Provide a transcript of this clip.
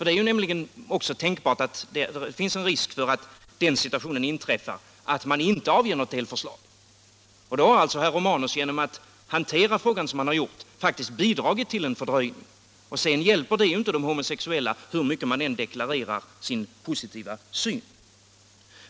Det är också tänkbart att det finns en risk för att den situationen inträffar att utredningen inte avger något delförslag. I så fall har herr Romanus alltså genom att hantera frågan så som han har gjort faktiskt bidragit till en fördröjning. Sedan hjälper det ju inte de homosexuella hur mycket man än deklarerar sin positiva syn.